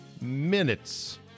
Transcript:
minutes